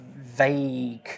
vague